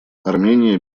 армения